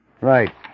Right